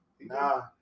Nah